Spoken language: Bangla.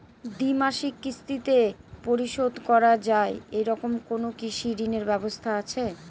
দ্বিমাসিক কিস্তিতে পরিশোধ করা য়ায় এরকম কোনো কৃষি ঋণের ব্যবস্থা আছে?